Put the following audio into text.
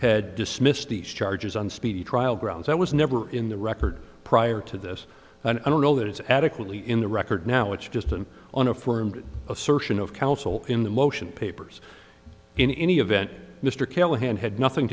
had dismissed these charges on speedy trial grounds i was never in the record prior to this and i don't know that it's adequately in the record now it's just an on affirmed assertion of counsel in the motion papers in any event mr callahan had nothing